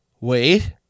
Wait